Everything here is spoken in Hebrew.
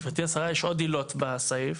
גברתי השרה, יש עוד עילות בסעיף.